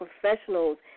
professionals